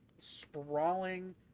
sprawling